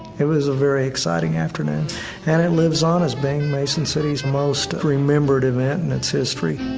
it was a very exciting afternoon and it lives on as being mason city's most remembered event in its history.